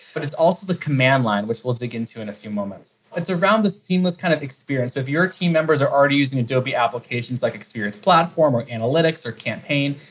but it's also the command line which we'll dig into in a few moments. that's around the seamless kind of experience. if your team members are already using adobe applications like experienced platform or analytics or campaign.